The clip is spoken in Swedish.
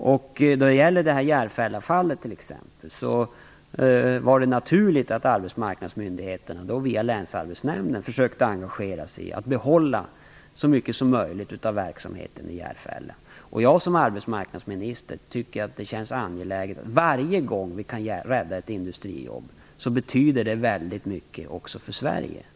Då det gäller Järfällafallet var det naturligt att arbetsmarknadsmyndigheterna via Länsarbetsnämnden försökte engagera sig för att behålla så mycket som möjligt av verksamheten i Järfälla. Jag som arbetsmarknadsminister tycker att det känns angeläget. Varje gång som vi kan rädda ett industrijobb betyder det väldigt mycket också för Sverige.